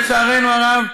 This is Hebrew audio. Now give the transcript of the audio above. לצערנו הרב,